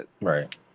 Right